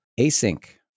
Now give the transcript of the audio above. async